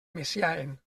messiaen